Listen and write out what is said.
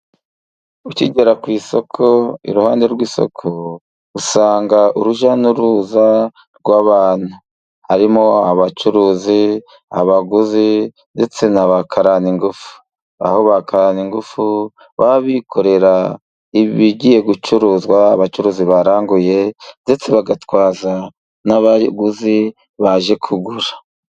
Ukigera ku isoko, iruhande rw'isoko usanga urujya n'uruza rw'abantu, harimo abacuruzi, abaguzi ndetse na ba karaningufu. Aho ba karaningufu baba bikorera ibigiye gucuruzwa abacuruzi baranguye, ndetse bagatwaza n'abaguzi baje kugura.